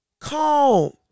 calm